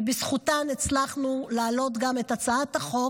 ובזכותן הצלחנו להעלות גם את הצעת החוק.